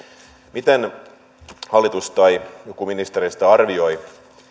miten hallitus tai joku ministereistä arvioi